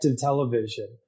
television